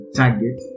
target